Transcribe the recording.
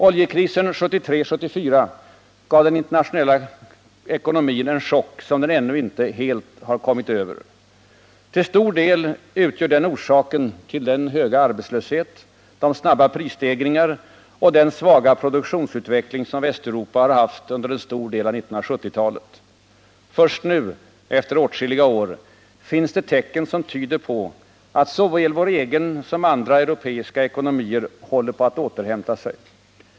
Oljekrisen 1973-1974 gav den internationella ekonomin en chock som den ännu inte helt kommit över. Till stor del utgör den orsaken till den höga arbetslöshet, de snabba prisstegringar och den svaga produktionsutveckling som Västeuropa haft under en stor del av 1970-talet. Först nu — efter åtskilliga år — finns det tecken som tyder på att såväl vår egen som andra europeiska ekonomier håller på att återhämta sig.